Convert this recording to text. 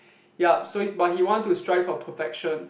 yup so he but he want to strive for perfection